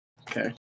Okay